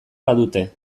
badute